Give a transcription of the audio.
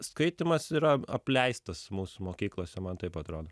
skaitymas yra apleistas mūsų mokyklose man taip atrodo